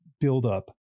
buildup